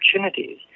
opportunities